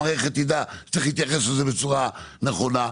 המערכת תדע שצריך להתייחס בצורה נכונה.